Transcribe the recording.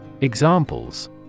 Examples